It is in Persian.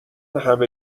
همه